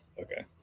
Okay